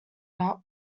not